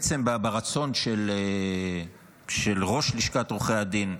בעצם ברצון של ראש לשכת עורכי הדין.